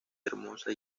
hermosa